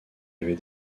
avait